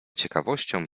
ciekawością